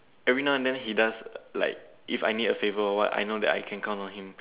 every now and then he does like if I need a favor or what I know that I can count on him